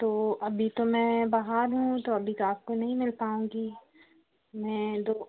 तो अभी तो मैं बाहर हूँ तो अभी रात को नहीं मिल पाऊँगी मैं दो